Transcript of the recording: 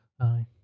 aye